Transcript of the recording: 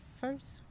first